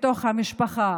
בתוך המשפחה.